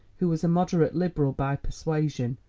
who was a moderate liberal by persuasion,